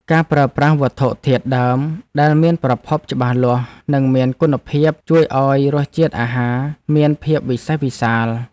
ការប្រើប្រាស់វត្ថុធាតុដើមដែលមានប្រភពច្បាស់លាស់ និងមានគុណភាពជួយឱ្យរសជាតិអាហារមានភាពវិសេសវិសាល។